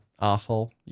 asshole